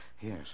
Yes